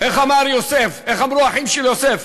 איך אמרו האחים של יוסף?